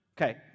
Okay